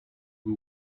who